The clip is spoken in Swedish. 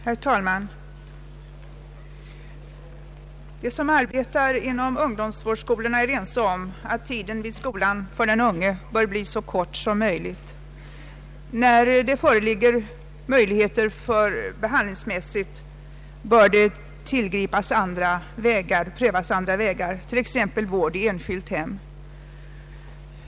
Herr talman! De som arbetar inom ungdomsvårdsskolorna är ense om att tiden vid skolan för den intagne bör bli så kort som möjligt och att man bör pröva andra behandlingsvägar om sådana föreligger, t.ex. vård i enskilt hem.